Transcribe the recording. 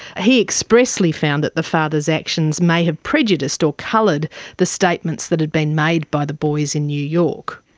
he expressly found that the father's actions may have prejudiced or coloured the statements that had been made by the boys in new york.